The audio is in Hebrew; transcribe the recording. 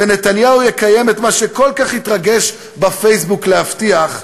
ונתניהו יקיים את מה שכל כך התרגש בפייסבוק להבטיח,